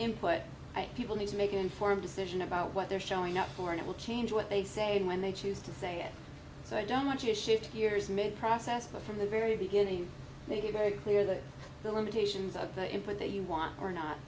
input i people need to make an informed decision about what they're showing up for and it will change what they say and when they choose to say it so i don't want to shift gears mid process but from the very beginning make it very clear that the limitations of the input that you want are not